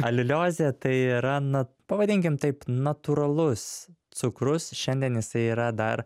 aliuliozė tai yra na pavadinkim taip natūralus cukrus šiandien jisai yra dar